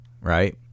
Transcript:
right